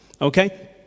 Okay